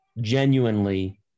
genuinely